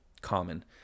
common